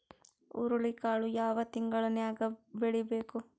ಹುರುಳಿಕಾಳು ಯಾವ ತಿಂಗಳು ನ್ಯಾಗ್ ಬೆಳಿಬೇಕು?